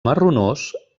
marronós